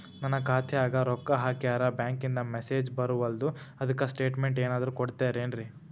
ನನ್ ಖಾತ್ಯಾಗ ರೊಕ್ಕಾ ಹಾಕ್ಯಾರ ಬ್ಯಾಂಕಿಂದ ಮೆಸೇಜ್ ಬರವಲ್ದು ಅದ್ಕ ಸ್ಟೇಟ್ಮೆಂಟ್ ಏನಾದ್ರು ಕೊಡ್ತೇರೆನ್ರಿ?